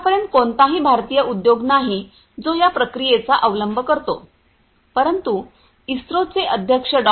आतापर्यंत कोणताही भारतीय उद्योग नाही जो या प्रक्रियेचा उपयोग करतो परंतु इस्रोचे अध्यक्ष डॉ